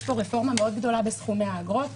יש פה רפורמה מאוד גדולה בסכומי האגרות,